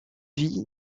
vie